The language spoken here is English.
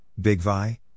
Bigvi